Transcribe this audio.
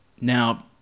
Now